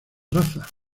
razas